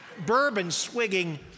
bourbon-swigging